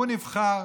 הוא נבחר